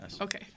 Okay